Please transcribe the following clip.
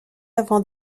avant